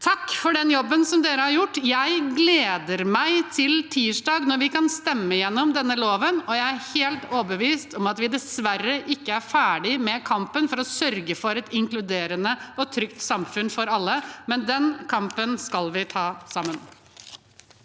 for den jobben den har gjort. Jeg gleder meg til tirsdag når vi kan stemme igjennom denne loven. Jeg er helt overbevist om at vi dessverre ikke er ferdig med kampen for å sørge for et inkluderende og trygt samfunn for alle, men den kampen skal vi ta sammen.